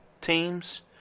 teams